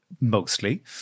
mostly